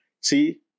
See